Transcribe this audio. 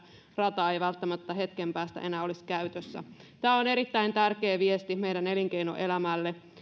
rata ei välttämättä hetken päästä enää olisi käytössä tämä on erittäin tärkeä viesti meidän elinkeinoelämällemme